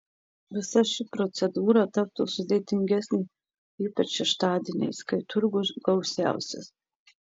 visa ši procedūra taptų sudėtingesnė ypač šeštadieniais kai turgus gausiausias